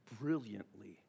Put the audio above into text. brilliantly